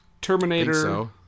Terminator